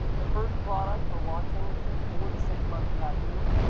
the first product we're launching is a four to six-month tattoo.